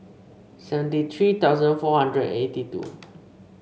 seventy three thousand four hundred eighty two